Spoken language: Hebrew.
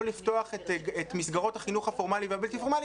לפתוח את מסגרות החינוך הפורמלי והבלתי-פורמלי,